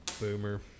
Boomer